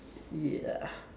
ya